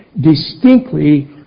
distinctly